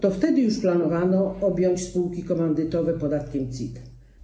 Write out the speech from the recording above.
To już wtedy planowano objąć spółki komandytowe podatkiem CIT.